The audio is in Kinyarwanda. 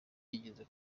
yigeze